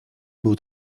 był